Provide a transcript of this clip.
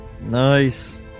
Nice